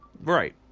Right